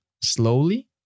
slowly